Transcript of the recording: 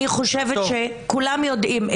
אני חושבת שכולם יודעים,